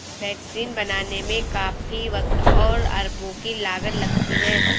vaccine बनाने में काफी वक़्त और अरबों की लागत लगती है